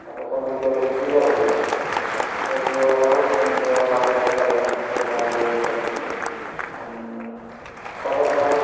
आता सगळ्याच्या घरी टी व्ह्या झाल्या पहिले एवढं फार होतं नाही तर टॉकीजवर जावं लागे पिक्चर पहायला याला त्याला आणि आता कसं झालं